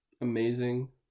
amazing